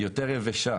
היא יותר יבשה,